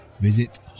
visit